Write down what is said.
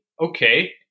okay